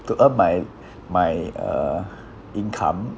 to earn my my uh income